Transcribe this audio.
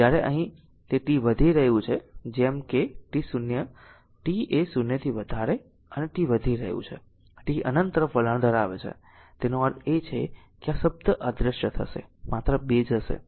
જ્યારે અહીં જ્યારે t વધી રહ્યું છે જેમ કે t 0 થી વધારે અને t વધી રહ્યું છે t અનંત તરફ વલણ ધરાવે છે તેથી તેનો અર્થ એ છે કે આ શબ્દ અદ્રશ્ય થશે માત્ર 2 જ હશે